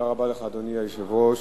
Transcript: אדוני היושב-ראש,